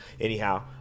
Anyhow